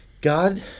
God